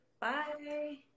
bye